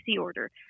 order